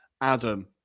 Adam